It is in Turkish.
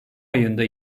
ayında